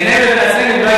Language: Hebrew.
בינינו לבין עצמנו,